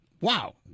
Wow